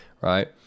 right